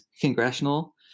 congressional